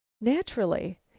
naturally